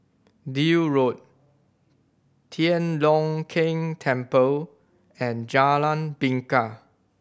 Deal Road Tian Leong Keng Temple and Jalan Bingka